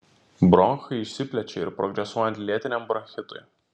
bronchai išsiplečia ir progresuojant lėtiniam bronchitui